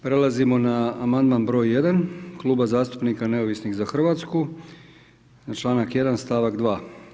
Prelazimo na amandman br. 1. Kluba zastupnika neovisni za Hrvatsku na članak 1., stavak 2.